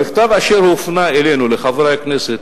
במכתב אשר הופנה אלינו, אל חברי הכנסת,